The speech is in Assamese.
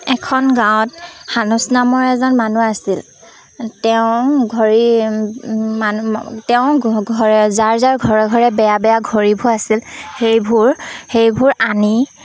এখন গাঁৱত সানুচ নামৰ এজন মানুহ আছিল তেওঁ ঘড়ী মানুহ তেওঁ ঘৰে যাৰ যাৰ ঘৰে ঘৰে বেয়া বেয়া ঘড়ীবোৰ আছিল সেইবোৰ সেইবোৰ আনি